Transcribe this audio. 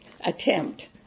attempt